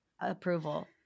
approval